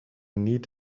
need